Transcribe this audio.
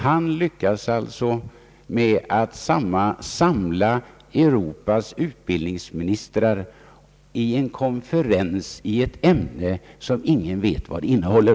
Han lyckas alltså med att samla Europas utbildningsministrar till en konferens i ett ämne som ingen vet vad det innehåller.